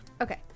Okay